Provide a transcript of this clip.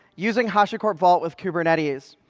using hashicorp vault with kubernetes.